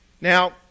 Now